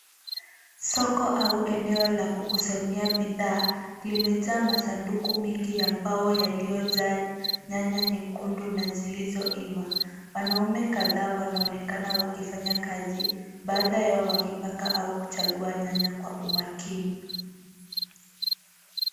Soko au eneo la kukusanyia bidhaa limejaa masanduku mingi ya mbao yaliyojaa nyanya nyekundu na zilizoiva. Wanaume kadhaa wanaonekana wakifanya kazi, baadhi yao wakipanga au kuchagua nyanya kwa umakini.